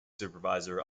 supervisor